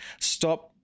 Stop